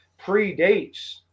predates